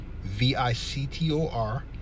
V-I-C-T-O-R